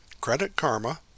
CreditKarma